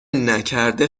نکرده